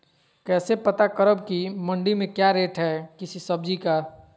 कैसे पता करब की मंडी में क्या रेट है किसी सब्जी का?